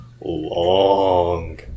long